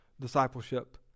discipleship